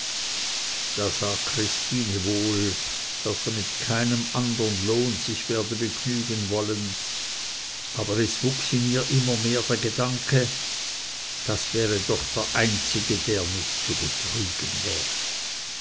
da sah christine wohl daß er mit keinem andern lohn sich werde begnügen wollen aber es wuchs in ihr immer mehr der gedanke das wäre doch der einzige der nicht zu betrügen wäre